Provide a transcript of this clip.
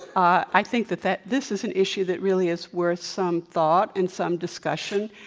i think that that this is an issue that really is worth some thought and some discussion.